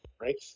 Right